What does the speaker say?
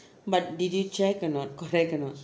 but did you check or not correct or not